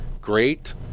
Great